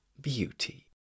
beauty